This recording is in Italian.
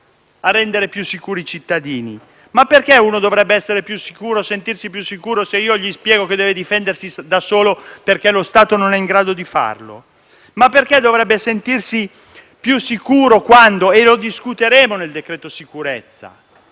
a rendere più sicuri i cittadini. Perché qualcuno dovrebbe essere più sicuro o sentirsi più sicuro, se gli si spiega che deve difendersi da solo perché lo Stato non è in grado di farlo? Perché dovrebbe sentirsi più sicuro - e lo discuteremo nel cosiddetto decreto sicurezza